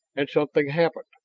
and something happened.